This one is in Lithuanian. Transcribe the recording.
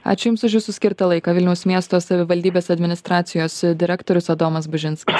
aš jums už jūsų skirtą laiką vilniaus miesto savivaldybės administracijos direktorius adomas bužinskas